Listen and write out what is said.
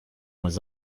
was